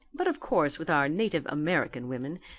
but of course with our native american women,